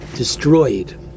destroyed